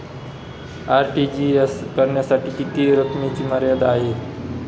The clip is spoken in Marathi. आर.टी.जी.एस करण्यासाठी किती रकमेची मर्यादा आहे?